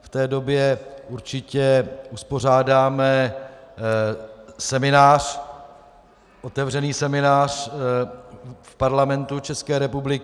V té době určitě uspořádáme seminář, otevřený seminář v Parlamentu České republiky.